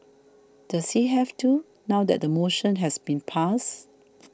does he have to now that the motion has been passed